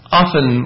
often